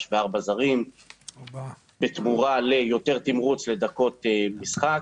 וארבעה זרים בתמורה ליותר תמרוץ לדקות משחק.